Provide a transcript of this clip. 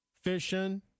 fishing